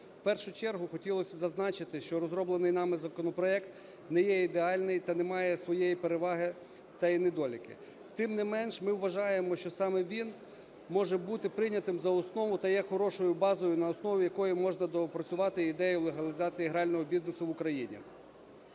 В першу чергу хотілось би зазначити, що розроблений нами законопроект не є ідеальний та не має своєї переваги, та є недоліки. Тим не менш, ми вважаємо, що саме він може бути прийнятий за основу та є хорошою базою, на основі якої можна доопрацювати ідею легалізації грального бізнесу в Україні.